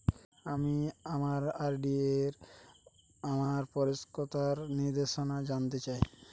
আমি আমার আর.ডি এর আমার পরিপক্কতার নির্দেশনা জানতে চাই